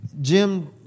Jim